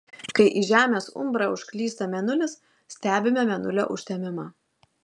kai į žemės umbrą užklysta mėnulis stebime mėnulio užtemimą